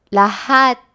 lahat